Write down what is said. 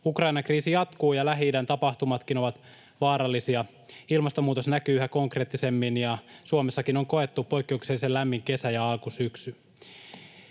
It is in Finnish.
Ukrainan kriisi jatkuu, ja Lähi-idän tapahtumatkin ovat vaarallisia. Ilmastonmuutos näkyy yhä konkreettisemmin, ja Suomessakin on koettu poikkeuksellisen lämmin kesä ja alkusyksy.